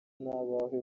n’abawe